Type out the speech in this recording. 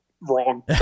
wrong